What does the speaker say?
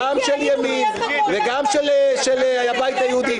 גם של ימין וגם של הבית היהודי,